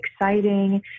exciting